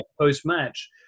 post-match